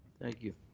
thank you.